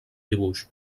dibuix